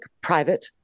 Private